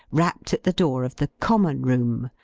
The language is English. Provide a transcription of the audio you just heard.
rapped at the door of the common room,